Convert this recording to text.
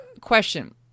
Question